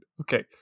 Okay